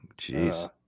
Jeez